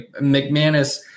McManus